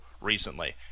recently